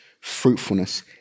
Fruitfulness